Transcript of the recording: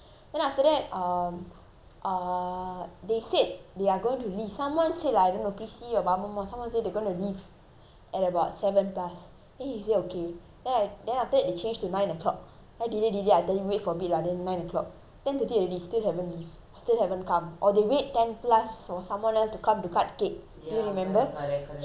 uh they said they are going to leave someone said lah I don't know prissy or ba மாமா:mama someone said they're gonna leave at about seven plus then he say okay then I then after that they change to nine o'clock delay delay I tell him wait for a bit lah then nine o'clock ten thirty already still haven't leave still haven't come or they wait ten plus for someone else to come to cut cake do you remember he was so pissed at me you know